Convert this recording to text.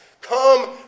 Come